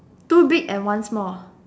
two big and one small